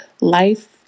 life